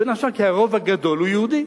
בין השאר כי הרוב הגדול הוא יהודי.